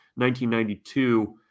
1992